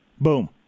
Boom